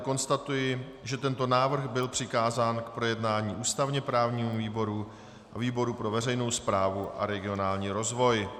Konstatuji tedy, že tento návrh byl přikázán k projednání ústavněprávnímu výboru a výboru pro veřejnou správu a regionální rozvoj.